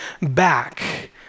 back